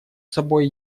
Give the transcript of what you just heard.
собой